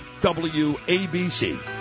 WABC